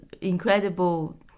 incredible